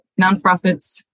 nonprofits